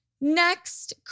next